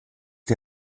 die